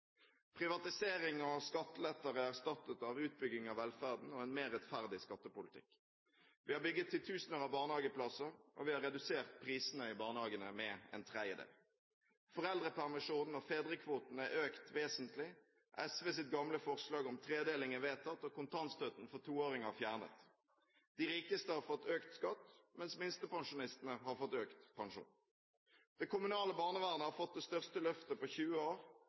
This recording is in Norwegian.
Privatisering og skatteletter er erstattet av utbygging av velferden og en mer rettferdig skattepolitikk. Vi har bygget titusener av barnehageplasser, og vi har redusert prisene i barnehagene med en tredjedel. Foreldrepermisjonen og fedrekvoten er økt vesentlig. SVs gamle forslag om tredeling er vedtatt, og kontantstøtten for toåringer fjernet. De rikeste har fått økt skatt, mens minstepensjonistene har fått økt pensjon. Det kommunale barnevernet har fått det største løftet på 20 år.